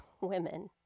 women